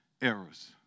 Errors